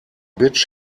bitch